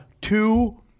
Two